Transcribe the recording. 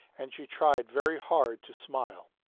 and she tried very hard to smile.